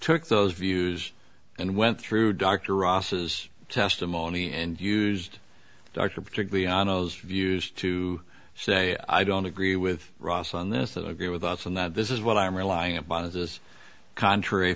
took those views and went through dr ross's testimony and used dr particularly on those views to say i don't agree with ross on this that i agree with us and that this is what i'm relying upon is contrary